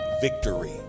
victory